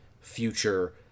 future